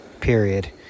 period